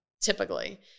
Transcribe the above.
Typically